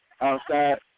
Outside